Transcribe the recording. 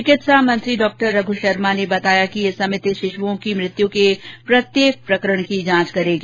चिकित्सा मंत्री डॉ रघ् शर्मा ने बताया कि यह समिति शिशुओं की मृत्यु के प्रत्येक प्रकरण की जांच करेगी